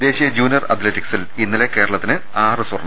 ദേശീയ ജൂനിയർ അത്ലറ്റിക്സിൽ ഇന്നലെ കേരളത്തിന് ആറ് സ്വർണം